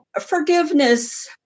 Forgiveness